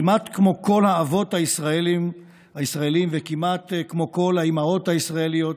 כמעט כמו כל האבות הישראלים וכמעט כמו כל האימהות הישראליות,